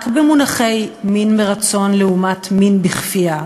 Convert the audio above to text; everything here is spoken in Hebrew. רק במונחי "מין מרצון" לעומת "מין בכפייה".